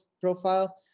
profile